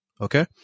Okay